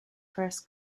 first